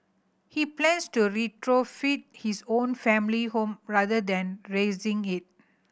he plans to retrofit his own family home rather than razing it